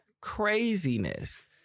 craziness